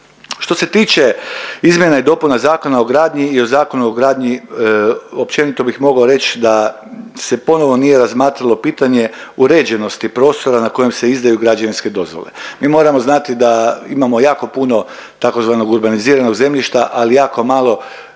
Što se tiče izmjena i dopuna Zakona o gradnji i Zakona o gradnji općenito bih mogao reći da se ponovo nije razmatralo pitanje uređenosti prostora na kojem se izdaju građevinske dozvole. Mi moramo znati da imamo jako puno tzv. urbaniziranog zemljišta ali jako malo